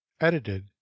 edited